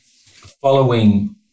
following